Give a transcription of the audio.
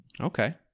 Okay